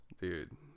dude